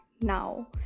now